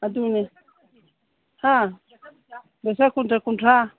ꯑꯗꯨꯅꯤ ꯍꯥ ꯗꯁꯥꯀꯨꯁꯥ ꯀꯨꯟꯊ꯭ꯔꯥ